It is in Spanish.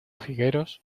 figureros